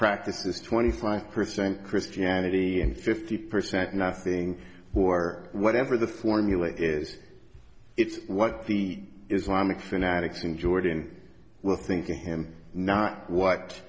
practices twenty five percent christianity and fifty percent nothing or whatever the formula is it's what the islamic fanatics in jordan will think of him not what